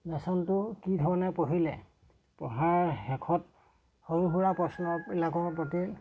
লেচনটো কি ধৰণে পঢ়িলে পঢ়াৰ শেষত সৰু সুৰা প্ৰশ্নবিলাকৰ প্ৰতি